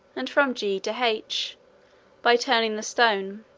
and from g to h by turning the stone,